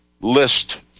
list